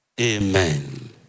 Amen